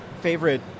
favorite